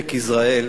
בעמק יזרעאל